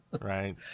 right